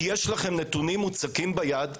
כי יש לכם נתונים מוצקים ביד,